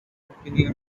opinion